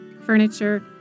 furniture